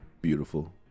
Beautiful